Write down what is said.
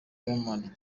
diamond